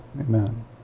Amen